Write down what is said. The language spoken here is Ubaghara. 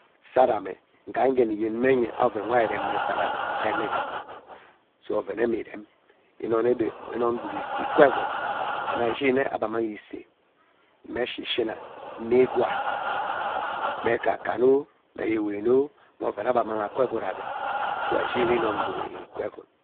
Sarame ngee, ngene iyemye nye oven we ari irem mme sara ireme igham so ovenewe irem inoine ebe inoin gweed isee ee ikwa egwood and eiyine aba isee mme shi shina me igwaa mee ekamo mme ye iwimo nwe oven we ebe amang akwa egwood ebe so ari ishini nwe inoin gwood ikwa egwood.